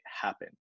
happen